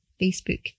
Facebook